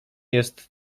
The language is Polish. jest